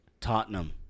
Tottenham